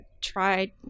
try